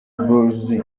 blues